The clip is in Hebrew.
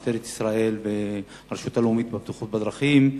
את משטרת ישראל ואת הרשות הלאומית לבטיחות בדרכים.